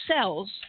cells